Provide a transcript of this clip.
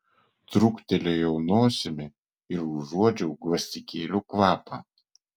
truktelėjau nosimi ir užuodžiau gvazdikėlių kvapą